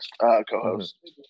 co-host